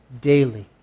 daily